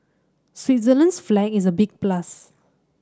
Switzerland's flag is a big plus